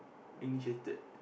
initiated